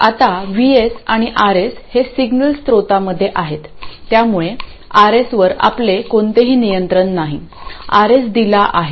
आता VS आणि RS हे सिग्नल स्त्रोतामध्ये आहेत त्यामुळे RSवर आपले कोणतेही नियंत्रण नाही RS दिला आहे